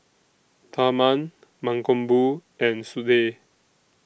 Tharman Mankombu and Sudhir